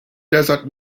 desert